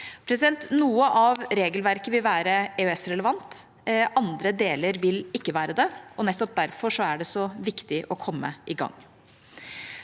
Noe av regelverket vil være EØS-relevant, andre deler vil ikke være det, og nettopp derfor er det så viktig å komme i gang.